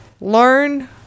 learn